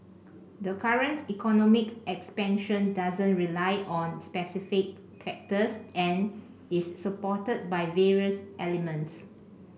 the current economic expansion doesn't rely on specific factors and is supported by various elements